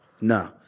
No